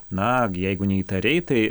na jeigu neįtariai tai